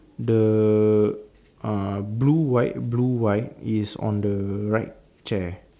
the uh blue white blue white is on the right chair